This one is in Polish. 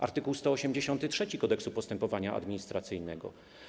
Art. 183 Kodeksu postępowania administracyjnego.